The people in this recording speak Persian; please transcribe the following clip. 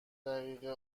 دقیقه